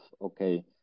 okay